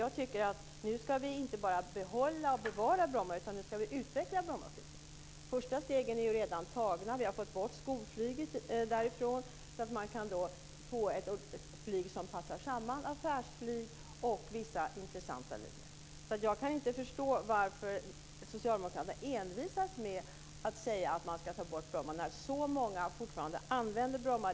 Jag tycker att vi nu inte bara ska behålla och bevara Bromma, utan nu ska vi utveckla Bromma flygplats. De första stegen är redan tagna. Vi har fått bort skolflyget därifrån så att man kan ha ett flyg passar samman med affärsflyg och vissa intressanta linjer. Jag kan inte förstå varför socialdemokraterna envisas med att säga att man ska avveckla Bromma flygplats när så många fortfarande använder Bromma.